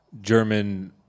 German